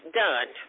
done